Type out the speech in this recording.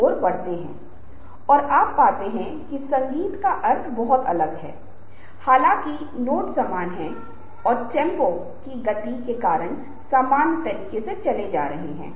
धीरे बोलना या तेज बोलना उस तरीके में एक महत्वपूर्ण बदलाव ला सकता है जिसके बारे में कोई समझता है कि आप कैसे बोल रहे हैं हमारे विचार आपके बोलने के तरीके को रोकना या ठहराव की कमी विशिष्ट शब्दों पर जोर को समझते है